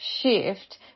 shift